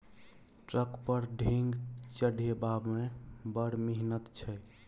truck पर ढेंग चढ़ेबामे बड़ मिहनत छै